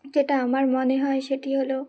যেটা আমার মনে হয় সেটি হলো